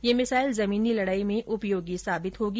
यह मिसाइल जमीनी लड़ाई में उपयोगी साबित होगी